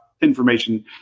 Information